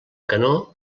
canó